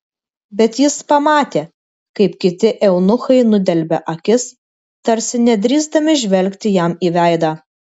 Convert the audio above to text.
bet jis pamatė kaip kiti eunuchai nudelbia akis tarsi nedrįsdami žvelgti jam į veidą